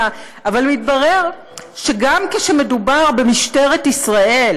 אבל באמת, אין לו אלוהים,